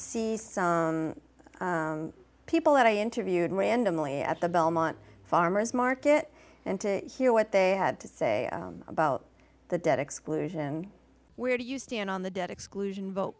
e people that i interviewed randomly at the belmont farmer's market and to hear what they had to say about the debt exclusion where do you stand on the debt exclusion vote